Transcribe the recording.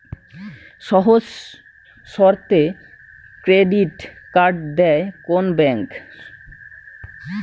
সহজ শর্তে credit card দেয় কোন ব্যাংক?